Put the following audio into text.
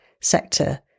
sector